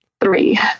Three